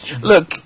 Look